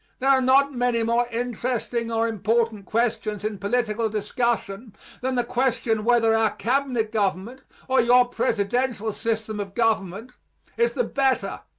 there are not many more interesting or important questions in political discussion than the question whether our cabinet government or your presidential system of government is the better.